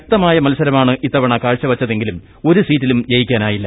ശക്തമായ മൃത്സ്രമാണ് ഇത്തവണ കാഴ്ച വച്ചതെങ്കിലും ഒരു സീറ്റിലും ജയിക്കാനാവില്ല